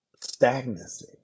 stagnancy